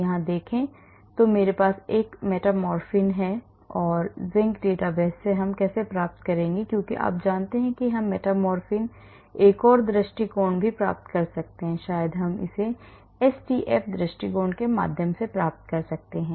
इसे देखें तो मेरे पास यह मेटफॉर्मिन है कि मैं मेटफॉर्मिन जिंक डेटाबेस कैसे प्राप्त करूं क्योंकि आप जानते हैं कि हम मेटफॉर्मिन एक और दृष्टिकोण प्राप्त कर सकते हैं शायद हम इसे एसडीएफ दृष्टिकोण के माध्यम से कर सकते हैं